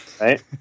right